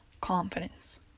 confidence